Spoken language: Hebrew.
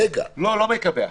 לא מקבע.